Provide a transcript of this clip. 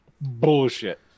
Bullshit